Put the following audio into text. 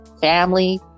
family